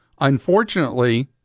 unfortunately